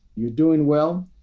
you're doing well.